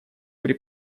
при